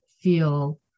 feel